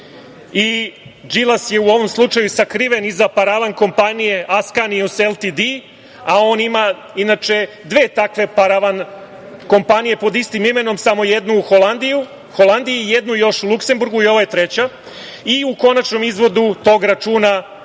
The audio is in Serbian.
Đilas je u ovom slučaju sakriven iza paravan kompanije „Askanijus ltd“, a on ima inače dve takve paravan kompanije pod istim imenom, samo jednu u Holandiji, a jednu još u Luksemburgu, i ovo je treća. U konačnom izvodu tog računa,